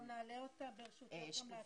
נעלה אותה, ברשותכם, גם לאתר של הוועדה.